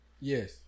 Yes